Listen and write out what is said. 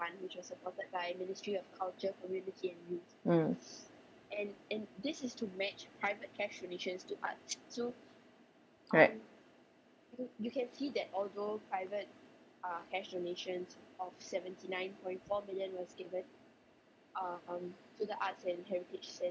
mm right